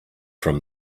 from